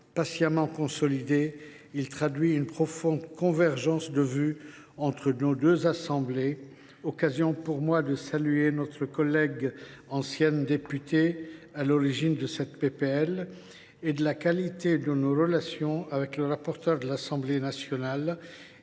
patiemment consolidé ; il traduit une profonde convergence de vues entre nos deux assemblées. C’est l’occasion pour moi de saluer notre collègue ancienne députée à l’origine de cette proposition de loi et la qualité de nos relations avec le rapporteur de l’Assemblée nationale.